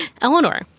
Eleanor